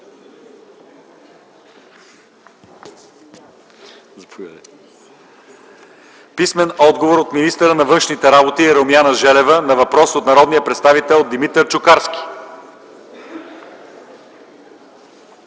писмен отговор от министъра на външните работи Румяна Желева на въпрос от народния представител Димитър Чукарски;